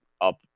up